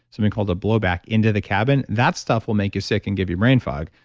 something called a blow back, into the cabin. that stuff will make you sick and give you brain fog.